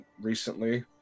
recently